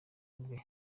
bwe